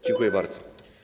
Dziękuję bardzo.